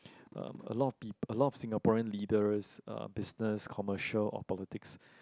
um a lot of people a lot of Singaporean leaders uh business commercial or politics